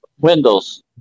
windows